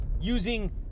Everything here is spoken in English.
using